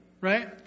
Right